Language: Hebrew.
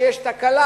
כשיש תקלה,